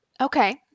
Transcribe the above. Okay